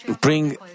bring